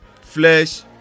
flesh